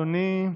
בבקשה, אדוני,